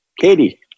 Katie